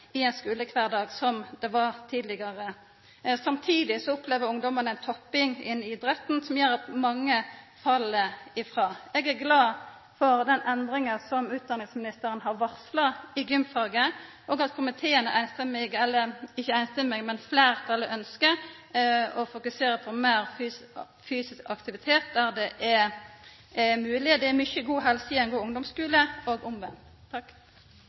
i ein skulekvardag som det var tidlegare. Samtidig opplever ungdommane ei topping innan idretten som gjer at mange fell frå. Eg er glad for den endringa som utdanningsministeren har varsla i gymfaget, og for at fleirtalet i komiteen ønskjer å fokusera på meir fysisk aktivitet der det er mogleg. Det er mykje god helse i ein god ungdomsskule, og